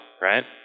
right